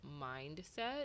mindset